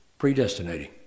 predestinating